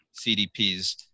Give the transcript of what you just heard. CDPs